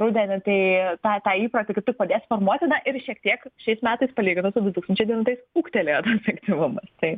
rudenį tai tą tą įprotį kaip tik padės formuoti ir šiek tiek šiais metais palyginus su du tūkstančiai devintais ūgtelėjo tas aktyvumas tai